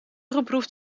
geproefd